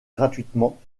gratuitement